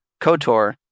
kotor